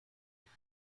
tych